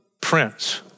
Prince